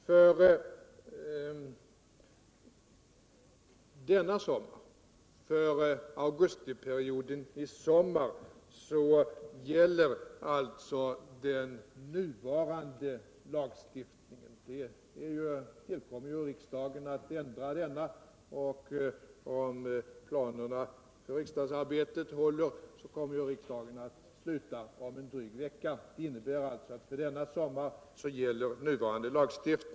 För augustiperioden i sommar gäller alltså den nuvarande lagstiftningen. Det tillkommer ju riksdagen att ändra denna, och riksdagsarbetet kommer om planerna håller att avslutas om en dryg vecka, vilket innebär at nuvarande lagstiftning gäller under denna sommar.